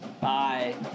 Bye